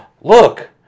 Look